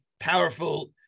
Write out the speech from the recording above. Powerful